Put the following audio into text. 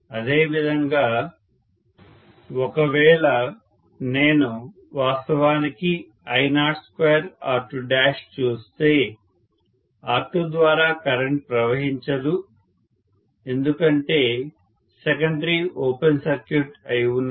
అదేవిధంగా ఒకవేళ నేను వాస్తవానికి I02R2 చూస్తే R2 ద్వారా కరెంట్ ప్రవహించదు ఎందుకంటే సెకండరీ ఓపెన్ సర్క్యూట్ అయివున్నది